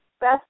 best